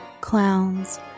clowns